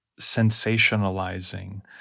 sensationalizing